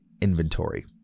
inventory